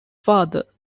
father